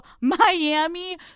miami